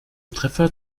treffer